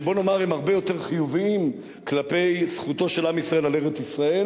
שהם הרבה יותר חיוביים כלפי זכותו של עם ישראל על ארץ-ישראל,